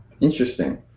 interesting